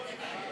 לא נתקבלו.